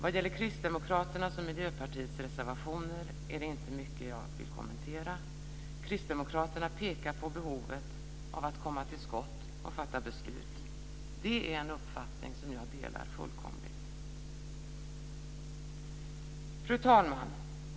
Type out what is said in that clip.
Vad gäller Kristdemokraternas och Miljöpartiets reservationer är det inte mycket jag vill kommentera. Kristdemokraterna pekar på behovet av att komma till skott och fatta beslut. Det är en uppfattning som jag delar fullkomligt. Fru talman!